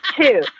two